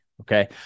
Okay